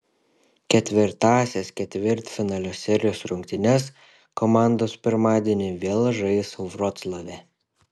ketvirtąsias ketvirtfinalio serijos rungtynes komandos pirmadienį vėl žais vroclave